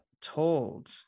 told